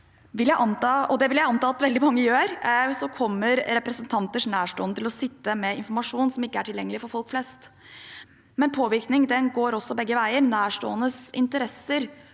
det vil jeg anta at veldig mange gjør, kommer representanters nærstående til å sitte med informasjon som ikke er tilgjengelig for folk flest. Men påvirkning går begge veier: Nærståendes interesser